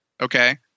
Okay